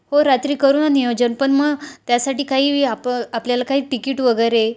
हो रात्री करू नं नियोजन पण मग त्यासाठी काही आप आपल्याला काही तिकीट वगैरे